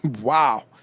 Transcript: wow